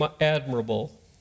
admirable